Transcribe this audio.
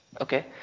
Okay